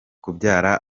kubyara